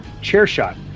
CHAIRSHOT